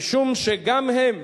משום שגם הם,